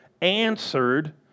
answered